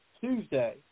Tuesday